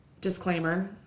disclaimer